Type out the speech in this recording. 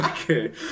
Okay